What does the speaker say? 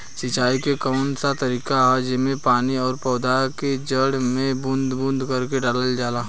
सिंचाई क कउन सा तरीका ह जेम्मे पानी और पौधा क जड़ में बूंद बूंद करके डालल जाला?